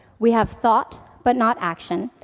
we have thought, but not action,